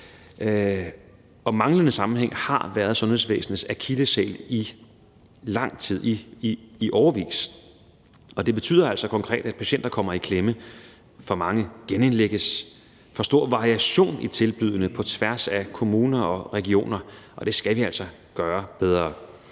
manglende sammenhæng har været sundhedsvæsenets akilleshæl i lang tid, i årevis. Det betyder altså konkret, at patienter kommer i klemme, at for mange genindlægges, og at der er for stor variation i tilbuddene på tværs af kommuner og regioner. Det skal vi altså gøre bedre.